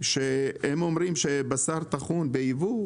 שאמרו לגבי בשר טחון בייבוא,